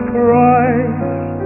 Christ